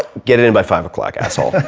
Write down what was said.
get it in by five o'clock asshole,